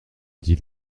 dit